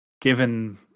given